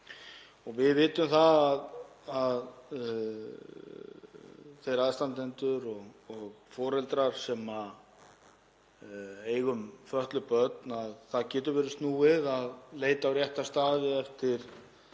Við vitum sem aðstandendur og foreldrar sem eiga fötluð börn að það getur verið snúið að leita á rétta staði eftir